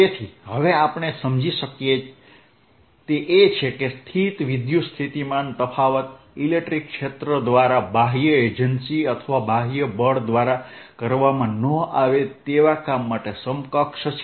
તેથી હવે આપણે સમજી શકીએ તે એ છે કે સ્થિત વિદ્યુત સ્થિતિમાન તફાવત ઇલેક્ટ્રિક ક્ષેત્ર દ્વારા બાહ્ય એજન્સી અથવા બાહ્ય બળ દ્વારા કરવામાં ન આવે તેવા કામ માટે સમકક્ષ છે